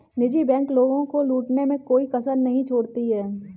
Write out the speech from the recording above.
निजी बैंक लोगों को लूटने में कोई कसर नहीं छोड़ती है